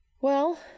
Well